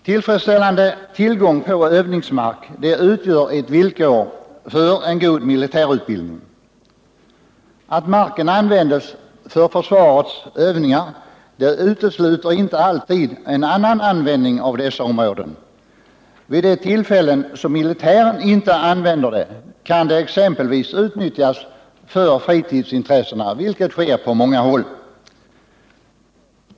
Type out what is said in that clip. Tillfredsställande tillgång på övningsmark utgör ett villkor för en god militärutbildning. Att marken används för försvarets övningar utesluter inte alltid annan användning av dessa områden. Vid de tillfällen då militären inte använder det kan området naturligtvis utnyttjas för fritidsintressen, vilket sker på många håll.